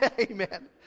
Amen